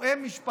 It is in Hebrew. או אם משפחה,